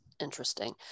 interesting